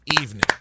evening